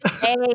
Hey